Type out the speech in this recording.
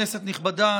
כנסת נכבדה,